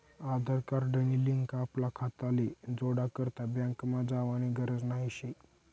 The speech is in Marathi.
आधार कार्ड नी लिंक आपला खाताले जोडा करता बँकमा जावानी गरज नही शे